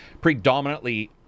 predominantly